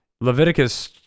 Leviticus